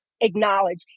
acknowledge